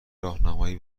راهنمایی